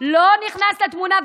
לא נכנסים לתמונה,